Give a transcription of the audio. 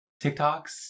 TikToks